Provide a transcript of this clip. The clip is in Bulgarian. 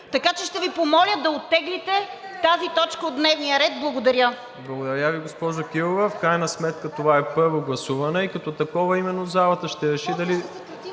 Така че ще Ви помоля да оттеглите тази точка от дневния ред. Благодаря. ПРЕДСЕДАТЕЛ МИРОСЛАВ ИВАНОВ: Благодаря Ви, госпожо Кирова. В крайна сметка това е първо гласуване и като такова именно залата ще реши дали